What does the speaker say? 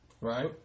Right